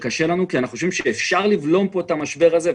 זה קשה לנו כי אנחנו חושבים שאפשר לבלום פה את המשבר הזה,